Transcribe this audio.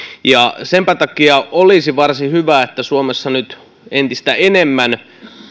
senpä takia olisi varsin hyvä että suomessa nyt entistä enemmän